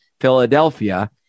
Philadelphia